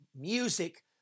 music